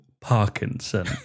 Parkinson